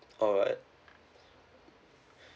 alright